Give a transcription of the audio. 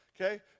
okay